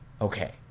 Okay